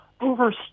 over